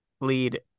lead